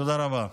תודה רבה.